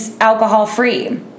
alcohol-free